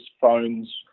phones